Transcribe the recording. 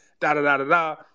da-da-da-da-da